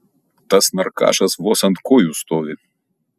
tas narkašas vos ant kojų stovi